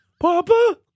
Papa